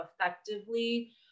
effectively